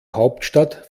hauptstadt